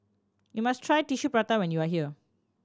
you must try Tissue Prata when you are here